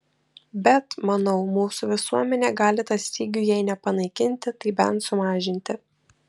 bet manau mūsų visuomenė gali tą stygių jei ne panaikinti tai bent sumažinti